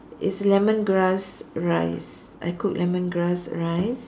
is lemongrass rice I cook lemongrass rice